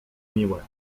miłe